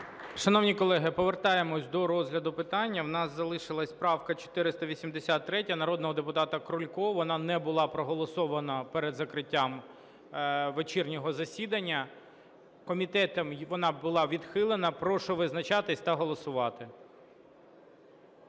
Шановні колеги, повертаємося до розгляду питання у нас залишилось правка 483 народного депутата Крулька, вона не була проголосована перед закриттям вечірнього засідання. Комітетом вона була відхилена. Прошу визначатися та голосувати.